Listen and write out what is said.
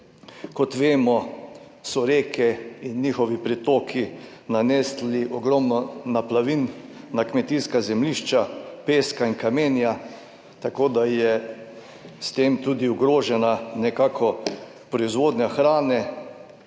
Kot vemo, so reke in njihovi pritoki nanesli ogromno naplavin na kmetijska zemljišča, peska in kamenja, tako da je s tem tudi ogrožena proizvodnja hrane